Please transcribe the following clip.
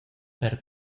per